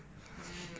mm